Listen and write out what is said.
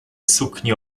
sukni